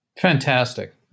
Fantastic